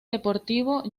deportivo